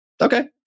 Okay